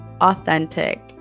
authentic